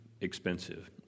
expensive